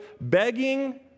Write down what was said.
begging